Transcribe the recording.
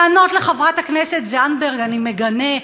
לענות לחברת הכנסת זנדברג: אני מגנה.